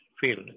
field